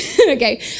okay